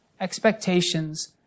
Expectations